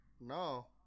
No